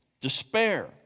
Despair